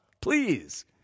please